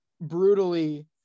brutally